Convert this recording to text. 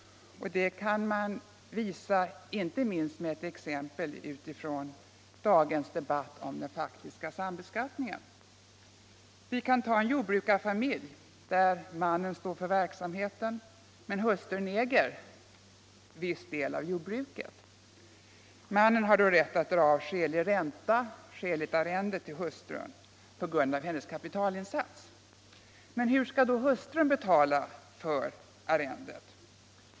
Det kan man visa inte minst med exempel utifrån dagens debatt om den faktiska sambeskattningen. Vi kan ta en jordbrukarfamilj där mannen står för verksamheten men hustrun äger viss del av jordbruket. Mannen har då rätt att dra av skälig ränta, ett skäligt arrende, till hustrun på grund av hennes kapitalinsats. Men hur skall då hustrun beskattas för arrendet?